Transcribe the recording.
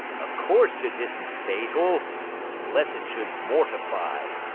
of course it isn't fatal unless it should mortify.